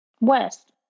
West